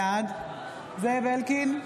בעד זאב אלקין,